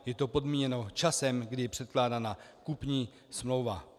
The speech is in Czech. Je to podmíněno časem, kdy je předkládána kupní smlouva.